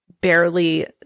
Barely